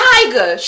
Tiger